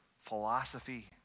philosophy